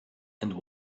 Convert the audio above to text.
and